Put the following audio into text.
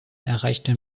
erreichten